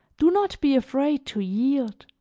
do not be afraid to yield,